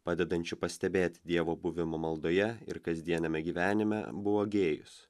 padedančių pastebėti dievo buvimą maldoje ir kasdieniame gyvenime buvo gėjus